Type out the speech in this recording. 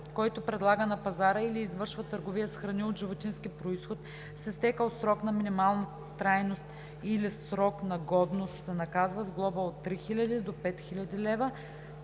Който предлага на пазара или извършва търговия с храни от животински произход с изтекъл срок на минимална трайност или срок на годност, се наказва с глоба в размер от 3000 до 5000 лв.,